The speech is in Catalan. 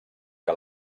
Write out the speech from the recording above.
que